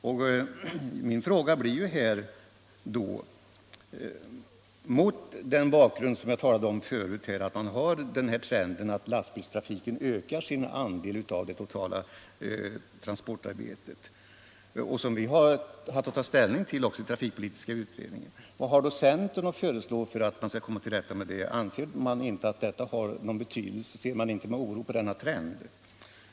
Jag har i mitt tidigare inlägg nämnt trenden att lastbilstrafiken ökar sin andel av det totala transportarbetet. Vi har också haft att ta ställning till den i trafikpolitiska utredningen. Min fråga blir mot denna bakgrund: Vad har centern att föreslå för att komma till rätta med detta? Anser man inte att detta har någon betydelse? Ser man inte med oro på denna trend?